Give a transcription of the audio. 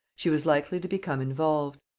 she was likely to become involved.